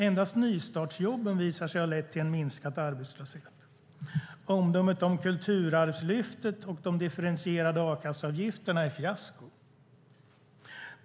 Endast nystartsjobben visar sig ha lett till en minskad arbetslöshet. Omdömet om kulturarvslyftet och de differentierade a-kasseavgifterna är att de var fiasko.